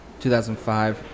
2005